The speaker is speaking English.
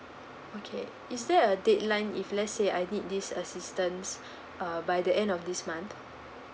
okay is there a dateline if let's say I need this assistance uh by the end of this month